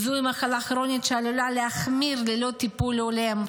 זו מחלה כרונית שעלולה להחמיר ללא טיפול הולם,